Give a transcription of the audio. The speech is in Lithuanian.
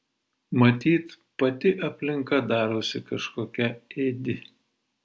matyt pati aplinka darosi kažkokia ėdi